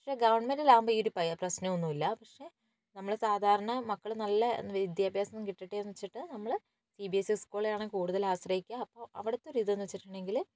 പക്ഷെ ഗവൺമെന്റിലാവുമ്പം ഈ ഒരു പ്രശ്നമൊന്നുമില്ല പക്ഷെ നമ്മൾ സാധാരണ മക്കൾ നല്ല വിദ്യാഭ്യാസം കിട്ടട്ടെയെന്ന് വച്ചിട്ട് നമ്മൾ സി ബി എസ് സി സ്ക്കൂളിലാണ് കൂടുതലാശ്രയിക്കുക അപ്പോൾ അവിടെത്തൊരിതെന്നു വച്ചിട്ടിണ്ടെങ്കിൽ